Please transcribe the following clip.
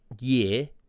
year